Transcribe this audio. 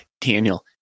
Daniel